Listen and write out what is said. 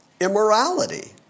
immorality